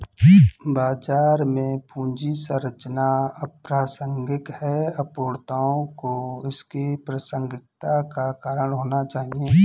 बाजार में पूंजी संरचना अप्रासंगिक है, अपूर्णताओं को इसकी प्रासंगिकता का कारण होना चाहिए